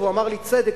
והוא אמר לי: צדק,